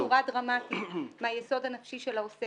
היסוד הנפשי של המסייע שונה בצורה דרמטית מהיסוד הנפשי של העוסק,